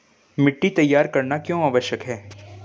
मिट्टी तैयार करना क्यों आवश्यक है?